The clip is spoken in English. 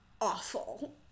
awful